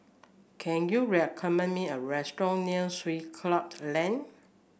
can you recommend me a restaurant near Swiss Club Lane